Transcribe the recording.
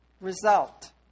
result